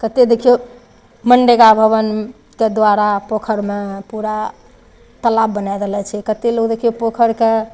कते देखियौ मंडका भवनके द्वारा पोखरिमे पूरा तलाब बनाए देने छै कतेक लोग देखियौ पोखरिके